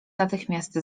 natychmiast